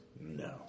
No